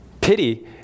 pity